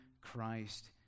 Christ